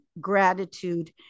gratitude